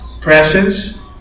presence